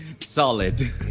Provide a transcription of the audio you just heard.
solid